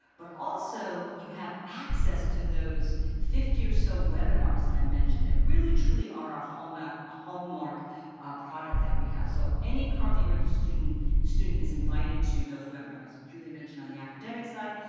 but also, you have access to those fifty or so webinars that i mentioned that really, truly are a hallmark ah hallmark product that we have. so any currently registered student student is invited to those webinars. julie mentioned on the academic side,